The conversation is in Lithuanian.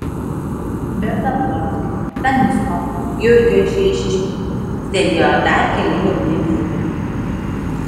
be zablockio stanislovo jurgio iš eišiškių sėdėjo dar keli jauni vyrai